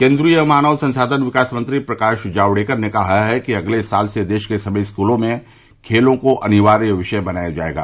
केन्द्रीय मानव संसाधन विकास मंत्री प्रकाश जावडेकर ने कहा है कि अगले साल से देश के सभी स्कूलों में खेलों को अनिवार्य विषय बनाया जायेगा